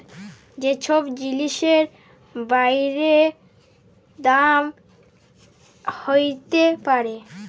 যে ছব জিলিসের বাইড়ে দাম হ্যইতে পারে